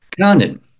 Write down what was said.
condon